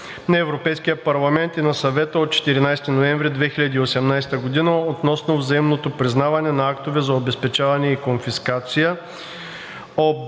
на Европейския парламент и на Съвета от 14 ноември 2018 г. относно взаимното признаване на актове за обезпечаване и конфискация